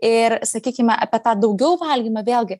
ir sakykime apie tą daugiau valgymą vėlgi